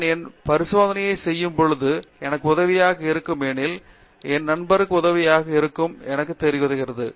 நான் என் பரிசோதனையை செய்யும் பொழுது எனக்கு உதவியாக இருக்கும் எனில் என் நண்பருக்கு உதவியாக இருக்கும்போது எனக்கு உதவுகிறது